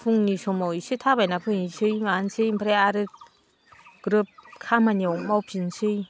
फुंनि समाव एसे थाबायना फैनोसै मानोसै ओमफ्राय आरो ग्रोब खामानियाव मावफिननोसै